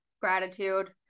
gratitude